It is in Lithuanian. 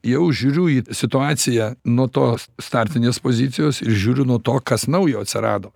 jau žiūriu į situaciją nuo tos startinės pozicijos ir žiūriu nuo to kas naujo atsirado